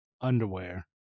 underwear